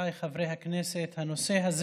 חבריי חברי הכנסת, הנושא הזה,